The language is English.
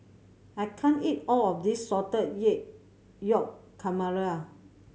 I can't eat all of this Salted Egg Yolk Calamari